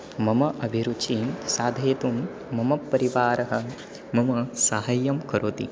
मम अभिरुचिं साधयितुं मम परिवारः मम सहायं करोति